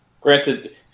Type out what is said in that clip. Granted